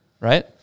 right